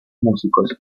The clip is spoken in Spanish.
músicos